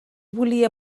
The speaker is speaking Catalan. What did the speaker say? volia